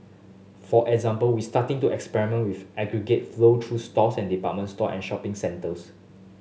for example we starting to experiment with aggregated flow through stores and department store and shopping centres